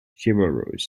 chivalrous